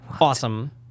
Awesome